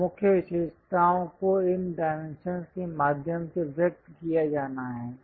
तो मुख्य विशेषताओं को इन डाइमेंशंस के माध्यम से व्यक्त किया जाना है